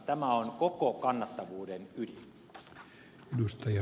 tämä on koko kannattavuuden ydin